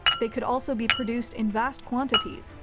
they could also be produced in vast quantities,